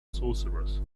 sorcerers